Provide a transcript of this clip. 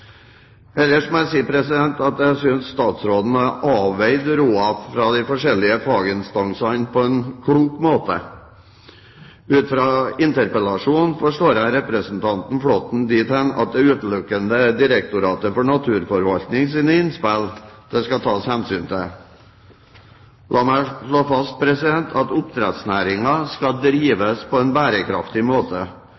Ellers må jeg si at jeg synes statsråden har avveid rådene fra de forskjellige faginstansene på en klok måte. Ut fra interpellasjonen forstår jeg representanten Flåtten dit hen at det utelukkende er Direktoratet for naturforvaltnings innspill det skal tas hensyn til. La meg slå fast at oppdrettsnæringen skal